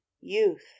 youth